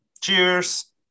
cheers